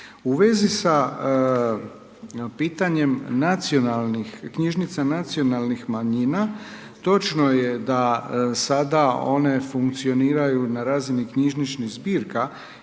U vezi sa pitanjem nacionalnih knjižnica nacionalnih manjina, točno je da sada one funkcioniraju na razini knjižničnih zbirka